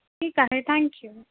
ठीक आहे थँक्यू